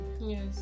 Yes